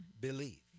believe